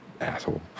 asshole